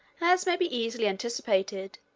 as may be easily anticipated,